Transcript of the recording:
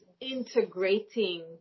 integrating